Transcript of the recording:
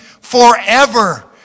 forever